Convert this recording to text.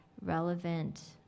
relevant